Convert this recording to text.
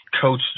Coach